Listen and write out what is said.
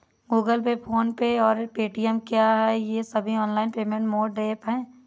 Google pay PhonePe और Paytm क्या ये सभी ऑनलाइन पेमेंट मोड ऐप हैं?